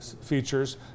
features